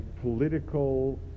political